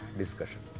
discussion